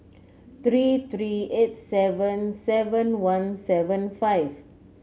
three three eight seven seven one seven five